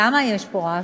למה יש פה רעש?